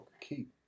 keep